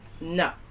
no